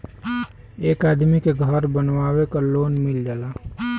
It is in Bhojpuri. एक आदमी के घर बनवावे क लोन मिल जाला